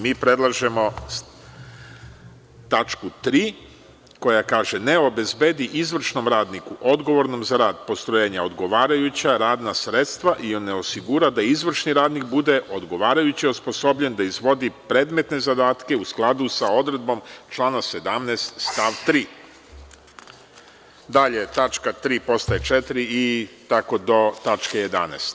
Mi predlažemo tačku 3) koja kaže – ne obezbedi izvršnom radniku odgovornom za rad postrojenja odgovarajuća radna sredstva i ne osigura da izvršni radnik bude odgovarajuće osposobljen da izvodi predmetne zadatke, u skladu sa odredbom člana 17. stav 3. Dalje, tačka 3) postaje 4) i tako do tačke 11)